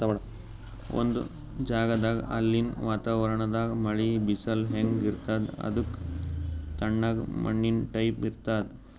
ಒಂದ್ ಜಗದಾಗ್ ಅಲ್ಲಿನ್ ವಾತಾವರಣದಾಗ್ ಮಳಿ, ಬಿಸಲ್ ಹೆಂಗ್ ಇರ್ತದ್ ಅದಕ್ಕ್ ತಕ್ಕಂಗ ಮಣ್ಣಿನ್ ಟೈಪ್ ಇರ್ತದ್